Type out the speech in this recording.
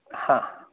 हा